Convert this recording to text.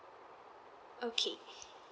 okay